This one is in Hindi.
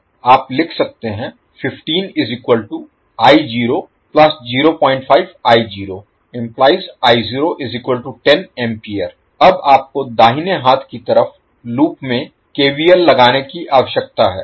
आप लिख सकते हैं अब आपको दाहिने हाथ की तरफ लूप में KVL लगाने की आवश्यकता है